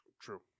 True